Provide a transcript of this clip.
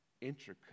intricate